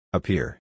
Appear